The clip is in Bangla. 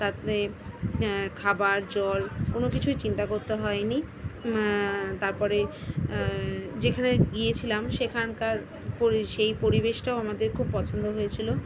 তারপরে খাবার জল কোনও কিছুই চিন্তা করতে হয়নি তারপরে যেখানে গিয়েছিলাম সেখানকার পরি সেই পরিবেশটাও আমাদের খুব পছন্দ হয়েছিল